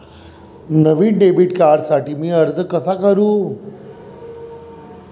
नवीन debit कार्डसाठी मी अर्ज कसा करू?